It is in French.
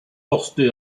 porté